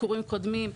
מביקורים קודמים,